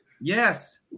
Yes